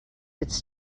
its